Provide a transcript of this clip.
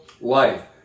life